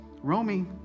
Romy